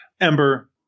Ember